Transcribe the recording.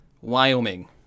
Wyoming